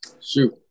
Shoot